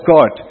God